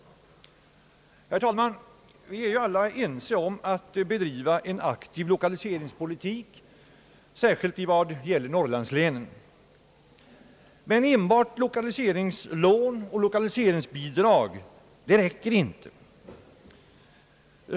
Herr talman! Vi är alla ense om att bedriva en aktiv lokaliseringspolitik särskilt när det gäller norrlandslänen. Enbart lokaliseringslån och lokaliseringslån och lokaliseringsbidrag räcker emellertid inte.